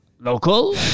Local